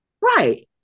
Right